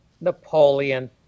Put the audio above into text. Napoleon